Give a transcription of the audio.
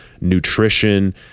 nutrition